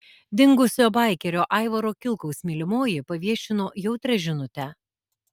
dingusio baikerio aivaro kilkaus mylimoji paviešino jautrią žinutę